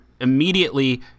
immediately